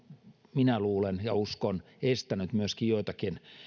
minä luulen ja uskon estänyt myöskin joitakin